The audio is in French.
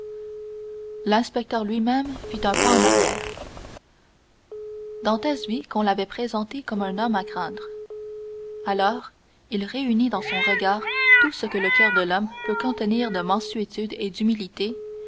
l'inspecteur lui-même fit un pas en arrière dantès vit qu'on l'avait présenté comme homme à craindre alors il réunit dans son regard tout ce que le coeur de l'homme peut contenir de mansuétude et d'humilité